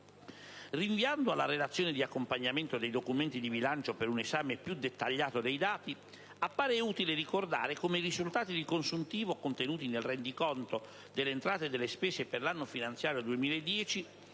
Rinviando alla relazione di accompagnamento dei documenti di bilancio per un esame più dettagliato dei dati, appare utile ricordare come i risultati di consuntivo contenuti nel rendiconto delle entrate e delle spese per l'anno finanziario 2010